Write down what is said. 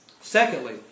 Secondly